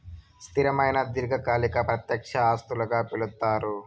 స్థిరమైన దీర్ఘకాలిక ప్రత్యక్ష ఆస్తులుగా పిలుస్తారు